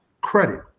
credit